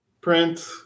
print